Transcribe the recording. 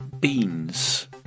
beans